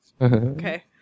Okay